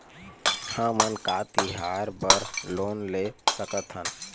हमन का तिहार बर लोन ले सकथन?